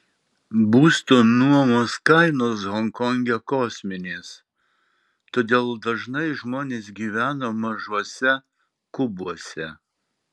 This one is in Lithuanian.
būsto nuomos kainos honkonge kosminės todėl dažnai žmonės gyvena mažuose kubuose